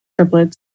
triplets